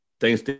Thanks